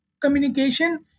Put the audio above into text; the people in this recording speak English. communication